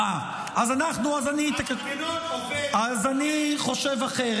אוה, אז אני שמח לשמוע,